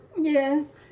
Yes